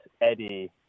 Eddie